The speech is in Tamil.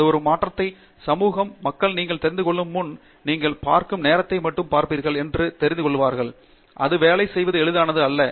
இது ஒரு ஒற்றுமை சமூகம் மக்கள் நீங்கள் தெரிந்துகொள்ளும் முன் நீங்கள் பார்க்கும் நேரத்தை மட்டும் பார்ப்பீர்கள் என்று தெரிந்துகொள்வார்கள் இது வேலை செய்வது எளிதானது அல்ல